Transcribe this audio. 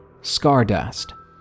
Scardust